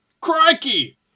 crikey